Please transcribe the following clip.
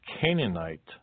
Canaanite